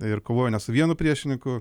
ir kovojo ne su vienu priešininku